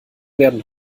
werden